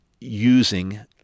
using